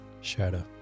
Shadow